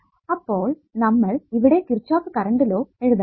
നമ്മൾ ഇപ്പോൾ ഇവിടെ കിർച്ചോഫ് കറണ്ട് ലോ എഴുതണം